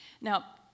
Now